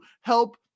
help